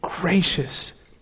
Gracious